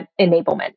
enablement